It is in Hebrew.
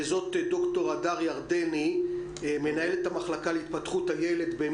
וזאת ד"ר הדר ירדני מנהלת המחלקה להתפתחות הילד.